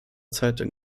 zeitung